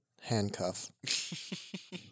handcuff